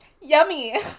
Yummy